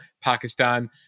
Pakistan